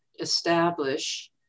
establish